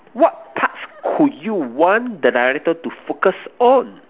what parts could you want the director to focus on